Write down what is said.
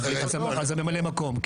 אז זה ממלא המקום.